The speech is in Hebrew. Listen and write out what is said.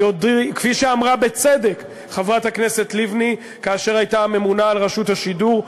כפי שאמרה בצדק חברת הכנסת לבני כאשר הייתה הממונה על רשות השידור,